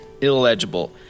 illegible